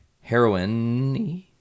Heroin